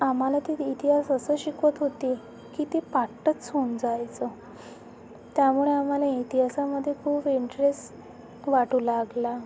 आम्हाला ते इतिहास असे शिकवत होते की ते की पाठच होऊन जायचं त्यामुळे आम्हाला इतिहासामध्ये खूप इंट्रेस वाटू लागला